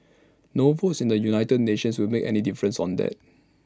no votes in the united nations will make any difference on that